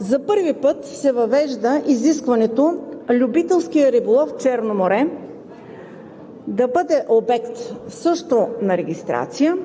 За първи път се въвежда изискването любителският риболов в Черно море да бъде обект също на регистрация